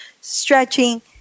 stretching